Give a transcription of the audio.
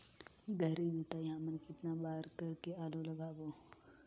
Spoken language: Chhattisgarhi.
गहरी जोताई हमन कतना बार कर के आलू लगाबो?